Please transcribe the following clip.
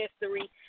history